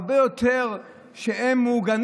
הרבה יותר מעוגנים?